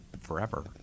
forever